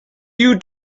you